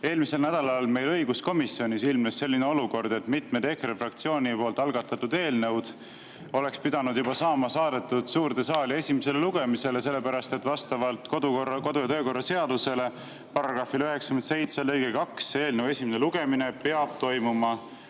Eelmisel nädalal õiguskomisjonis ilmnes selline olukord, et mitmed EKRE fraktsiooni algatatud eelnõud oleks pidanud saama saadetud suurde saali esimesele lugemisele, sellepärast et vastavalt kodu- ja töökorra seaduse § 97 lõikele 2 peab eelnõu esimene lugemine toimuma